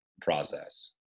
process